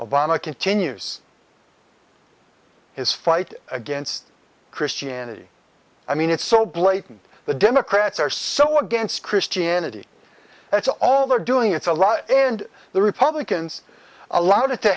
obama continues his fight against christianity i mean it's so blatant the democrats are so against christianity that's all they're doing it's a lie and the republicans allow